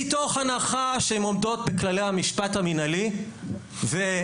מתוך הנחה שהם עומדות בכללי המשפט המנהלי ואמון